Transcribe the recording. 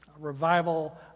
Revival